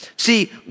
See